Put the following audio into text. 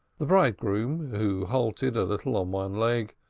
the bridegroom, who halted a little on one leg,